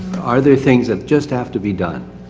are there things that just have to be done.